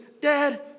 Dad